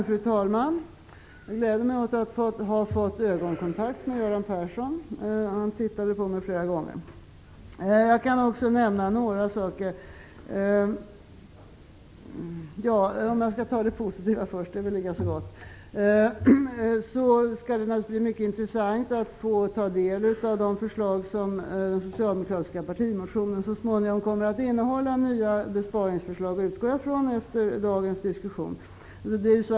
Fru talman! Jag skall ta upp några frågor, och det är väl lika bra att börja med det som är positivt. Det skall naturligtvis bli mycket intressant att få ta del av de förslag som den socialdemokratiska partimotion som så småningom läggs fram kommer att innehålla. Jag utgår efter dagens diskussion från att det blir nya besparingsförslag.